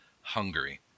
Hungary